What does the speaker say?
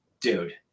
dude